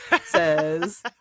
says